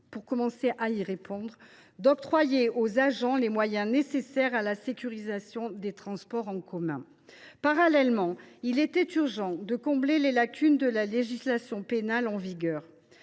pour commencer à y répondre, d’octroyer aux agents les moyens nécessaires à la sécurisation des transports en commun. Parallèlement, il était urgent de combler les lacunes de la législation pénale en vigueur.